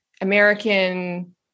American